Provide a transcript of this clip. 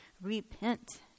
Repent